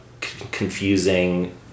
confusing